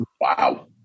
Wow